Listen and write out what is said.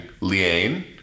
Liane